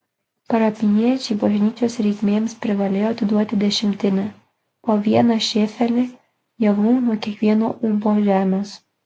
parapijiečiai bažnyčios reikmėms privalėjo atiduoti dešimtinę po vieną šėfelį javų nuo kiekvieno ūbo žemės